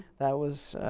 that was,